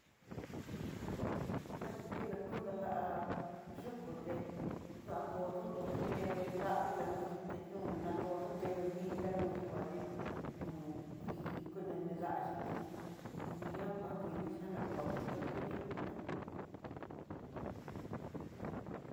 Na kukin nakundó lá yukú té nruako dondó nguté nravi ka nuxhí té ñon natoduté, vii kanuxhí vadí ñóo kuii, kunene daxhí tedí hun ñakoá yaná kotonró iin yukú né.